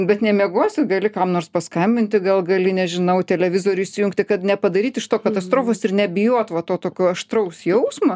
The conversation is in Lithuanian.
bet nemiegosi gali kam nors paskambinti gal gali nežinau televizorių įsijungti kad nepadaryt iš to katastrofos ir nebijot va to tokio aštraus jausmo